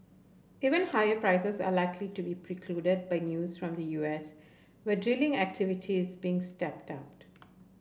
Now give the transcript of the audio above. even higher prices are likely to be precluded by news from the U S where drilling activity is being stepped